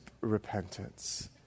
repentance